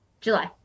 july